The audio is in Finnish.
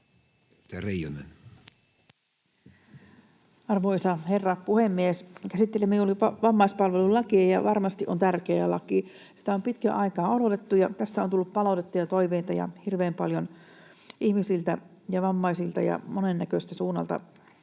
Arvoisa herra puhemies! Käsittelemme juuri vammaispalvelulakia, ja varmasti tämä on tärkeä laki. Tätä on pitkän aikaa odotettu, ja tästä on tullut palautetta ja toiveita hirveän paljon ihmisiltä, vammaisilta ja monen näköiseltä suunnalta,